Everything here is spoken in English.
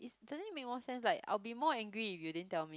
doesn't it make more sense like I'll be more angry if you didn't tell me